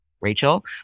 Rachel